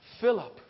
Philip